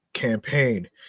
campaign